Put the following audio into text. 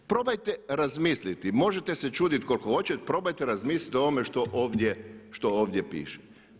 Probajte razmisliti, možete se čuditi koliko hoćete, probajte razmisliti o ovome što ovdje piše.